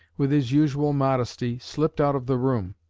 with his usual modesty, slipped out of the room.